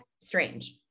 strange